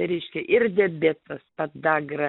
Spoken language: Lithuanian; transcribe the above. tai reiškia ir diabetas padagra